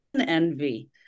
envy